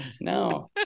No